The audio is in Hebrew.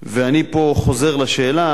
ואני פה חוזר לשאלה,